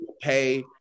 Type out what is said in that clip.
pay